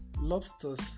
lobsters